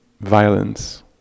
violence